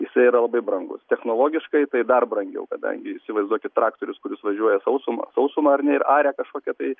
jisai yra labai brangus technologiškai tai dar brangiau kadangi įsivaizduokit traktorius kuris važiuoja sausuma sausuma ar ne ir aria kažkokią tai